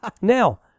now